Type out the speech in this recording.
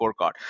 scorecard